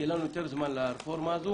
ויהיה לנו יותר זמן לרפורמה הזאת